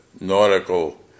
nautical